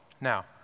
Now